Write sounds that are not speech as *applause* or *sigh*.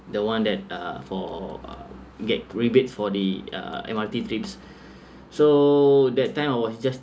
the one that uh for uh get rebates for the uh M_R_T trips *breath* so that time I was just